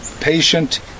patient